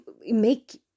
make